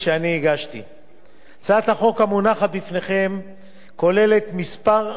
הצעת החוק המונחת בפניכם כוללת כמה הטבות עיקריות